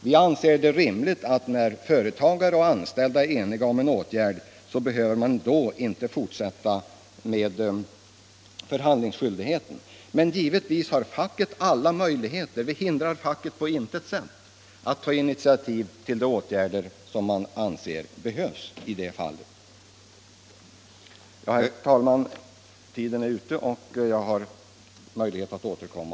Vi anser det rimligt att när företagare och anställda är eniga om en åtgärd, så behöver man inte fortsätta med förhandlingsskyldigheten. Givetvis har facket alla möjligheter ändå. Vi hindrar på intet sätt facket att ta initiativ till de åtgärder man anser behövliga i varje särskilt fall. Ja, herr talman, min tid är ute, men jag har möjlighet att återkomma.